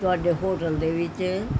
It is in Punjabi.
ਤੁਹਾਡੇ ਹੋਟਲ ਦੇ ਵਿੱਚ